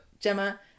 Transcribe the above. Gemma